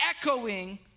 echoing